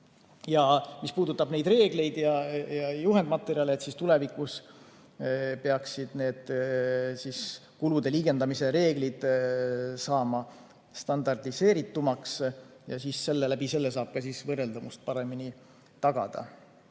Mis puudutab reegleid ja juhendmaterjale, siis tulevikus peaksid need kulude liigendamise reeglid saama standardiseeritumaks ja selle läbi saab võrreldavust paremini tagada.